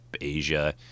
Asia